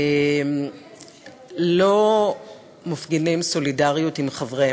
לא מפגינים סולידריות עם חבריהם.